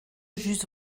j’eusse